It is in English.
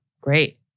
Great